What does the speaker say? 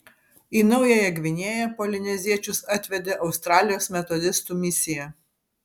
į naująją gvinėją polineziečius atvedė australijos metodistų misija